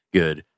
good